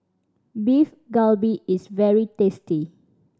Beef Galbi is very tasty